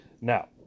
Now